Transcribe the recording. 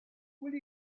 will